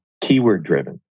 keyword-driven